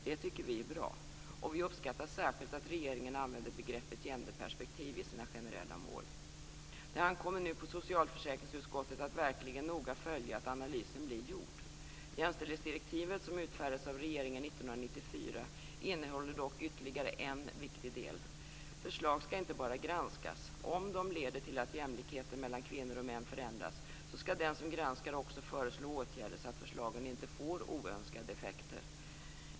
Det tycker vi är bra, och vi uppskattar särskilt att regeringen använder begreppet genderperspektiv i sina generella mål. Det ankommer nu på socialförsäkringsutskottet att verkligen noga följa att analysen blir gjord. Jämställdhetsdirektivet som utfärdades av regeringen 1994 innehåller dock ytterligare en viktig del. Förslag skall inte bara granskas: Om de leder till att jämlikheten mellan kvinnor och män förändras, skall den som granskar också föreslå åtgärder så att förslagen inte får oönskade effekter.